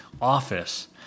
office